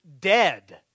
dead